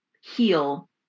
heal